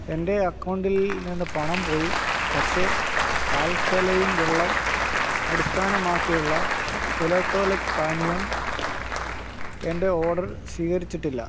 എന്റെ അക്കൗണ്ടിൽ നിന്ന് പണം പോയി പക്ഷേ ആൽക്കലൈൻ വെള്ളം അടിസ്ഥാനമാക്കിയുള്ള ഇലക്ട്രോലൈറ്റ് പാനീയം എന്റെ ഓർഡർ സ്ഥിരീകരിച്ചിട്ടില്ല